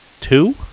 two